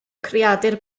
creadur